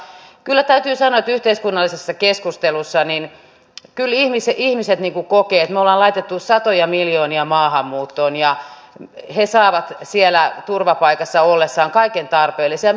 mutta kyllä täytyy sanoa että yhteiskunnallisessa keskustelussa ihmiset kokevat että me ollaan laitettu satoja miljoonia maahanmuuttoon ja he saavat siellä turvapaikassa ollessaan kaiken tarpeellisen